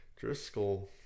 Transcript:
Driscoll